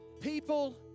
People